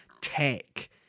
tech